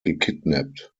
gekidnappt